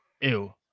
Ew